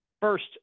first